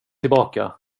tillbaka